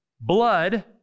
blood